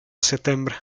settembre